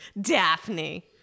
Daphne